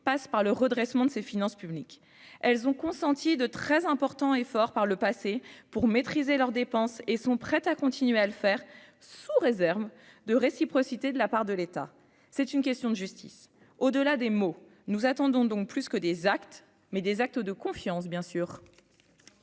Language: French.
passe par le redressement de ses finances publiques, elles ont consenti de très importants efforts par le passé pour maîtriser leurs dépenses et sont prêtes à continuer à le faire sous réserve de réciprocité de la part de l'État, c'est une question de justice, au-delà des mots, nous attendons donc plus que des actes, mais des actes de confiance bien sûr.